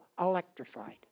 electrified